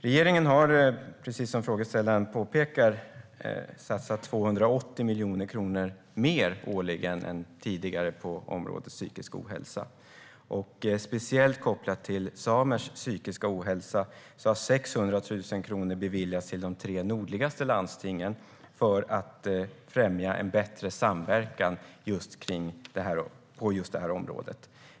Regeringen har, precis som frågeställaren påpekar, satsat 280 miljoner kronor mer årligen än tidigare på området psykisk ohälsa. Speciellt kopplat till samers psykiska ohälsa har 600 000 kronor beviljats till de tre nordligaste landstingen för att främja en bättre samverkan på området.